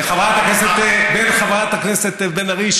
ולחברת הכנסת בן ארי,